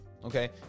Okay